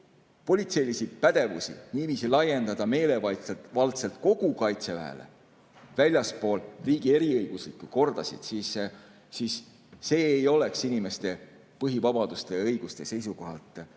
politseilisi pädevusi niiviisi laiendada meelevaldselt kogu Kaitseväele väljaspool riigi eriõiguslikke kordasid, siis see ei oleks inimeste põhivabaduste ja -õiguste seisukohalt